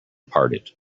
parted